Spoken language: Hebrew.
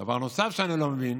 דבר נוסף שאני לא מבין,